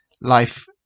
life